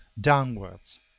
downwards